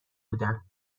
بودم